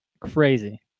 crazy